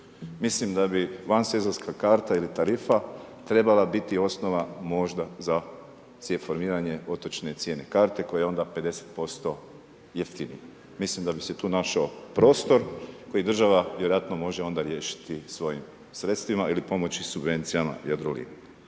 Mislim da bi vansezonska karta ili tarifa, trebala biti osnova možda za formiranje otočne cijene karte koja je onda 50% jeftinija. Mislim da bi se tu našao prostor koji država vjerojatno možde onda riješiti svojim sredstvima ili pomoći subvencijama Jadroliniji.